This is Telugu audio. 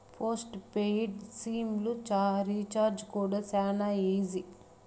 పోస్ట్ పెయిడ్ సిమ్ లు రీచార్జీ కూడా శానా ఈజీ